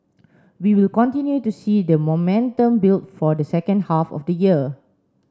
we will continue to see the momentum build for the second half of the year